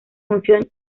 función